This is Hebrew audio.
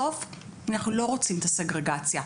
אנחנו לא רוצים את הסגרגציה,